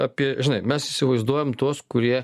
apie žinai mes įsivaizduojam tuos kurie